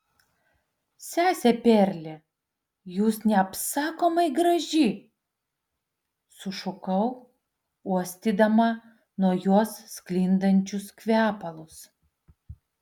sese perle jūs neapsakomai graži sušukau uostydama nuo jos sklindančius kvepalus